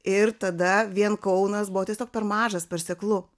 ir tada vien kaunas buvo tiesiog per mažas per seklu